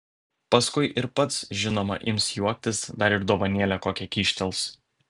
paskui ir pats žinoma ims juoktis dar ir dovanėlę kokią kyštels